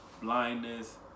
blindness